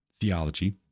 theology